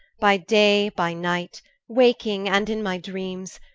by day, by night waking, and in my dreames,